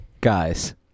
guys